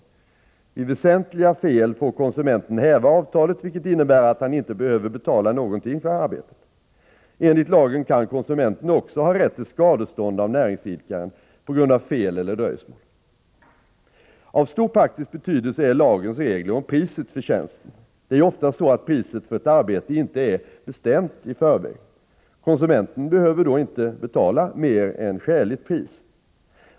Vid väsentliga fel får konsumenten häva avtalet, vilket innebär att han inte behöver betala någonting för arbetet. Enligt lagen kan konsumenten också ha rätt till skadestånd av näringsidkaren på grund av fel eller dröjsmål. Av stor praktisk betydelse är lagens regler om priset för tjänsten. Det är ju ofta så, att priset för ett arbete inte är bestämt i förväg. Konsumenten behöver då inte betala mer än skäligt pris.